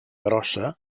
grossa